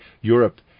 Europe